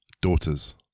Daughters